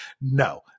No